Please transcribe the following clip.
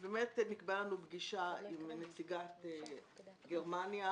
נקבעה לנו פגישה עם נציגת גרמניה